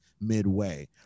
midway